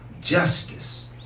justice